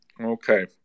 Okay